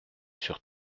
sur